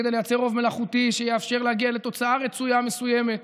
כדי לייצר רוב מלאכותי שיאפשר להגיע לתוצאה רצויה מסוימת,